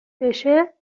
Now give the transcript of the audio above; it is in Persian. بشه